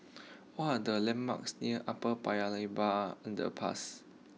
what are the landmarks near Upper Paya Lebar Underpass